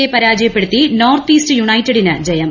യെ പരാജയപ്പെടുത്തി north east യുണൈറ്റഡിന് ജയം